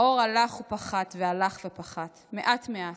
/ האור הלך ופחת והלך ופחת / מעט מעט,